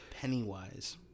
Pennywise